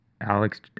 alex